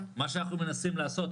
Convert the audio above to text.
מה שאנחנו מנסים לעשות,